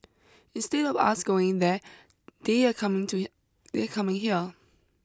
instead of us going there they are coming to they are coming here